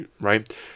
right